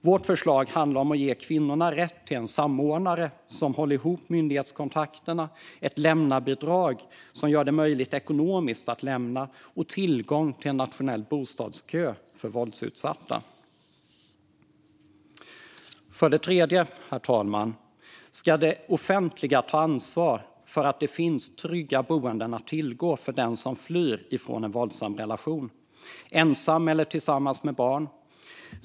Vårt förslag handlar om att ge kvinnorna rätt till en samordnare som håller ihop myndighetskontakterna, rätt till ett lämnabidrag som gör det ekonomiskt möjligt att lämna och tillgång till en nationell bostadskö för våldsutsatta. För det tredje, herr talman, ska det offentliga ta ansvar för att det finns trygga boenden att tillgå för den som flyr från en våldsam relation, ensam eller tillsammans med barn.